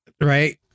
Right